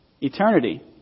eternity